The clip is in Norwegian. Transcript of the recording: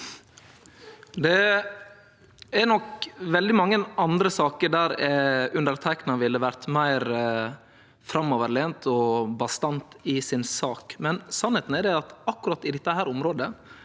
Det er nok veldig mange andre saker der underteikna ville vore meir framoverlent og bastant i si sak, men sanninga er at akkurat på dette området